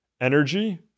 Energy